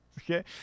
okay